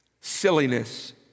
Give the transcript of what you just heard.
silliness